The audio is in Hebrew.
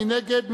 מי נגד?